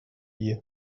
you